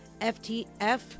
FTF